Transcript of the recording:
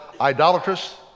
idolatrous